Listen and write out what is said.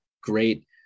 great